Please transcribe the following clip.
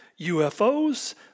UFOs